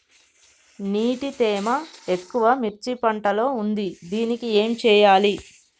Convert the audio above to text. నీటి తేమ ఎక్కువ మిర్చి పంట లో ఉంది దీనికి ఏం చేయాలి?